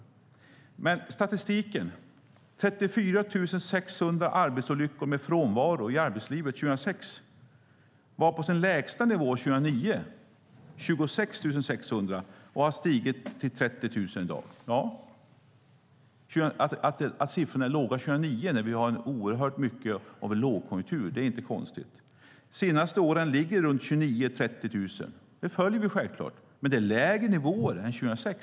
När det gäller statistiken var det 34 600 arbetsolyckor med frånvaro i arbetslivet 2006. Den siffran var på sin lägsta nivå 2009, 26 600, och har stigit till 30 000 i dag. Att siffrorna var låga 2009 när vi hade lågkonjunktur är inte konstigt. De senaste åren har siffran legat på 29 000-30 000. Detta följer vi självklart, men det är lägre nivåer än 2006.